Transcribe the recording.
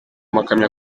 amakamyo